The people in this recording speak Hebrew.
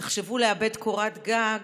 תחשבו: לאבד קורת גג